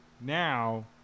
Now